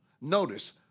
notice